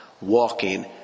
walking